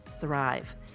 thrive